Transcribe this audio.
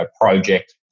project